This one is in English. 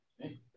Hey